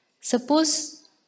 Suppose